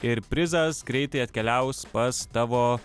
ir prizas greitai atkeliaus pas tavo